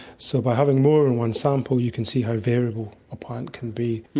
so by having more than one sample you can see how variable a plant can be.